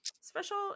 special